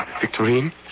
Victorine